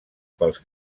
pels